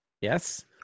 Yes